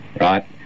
Right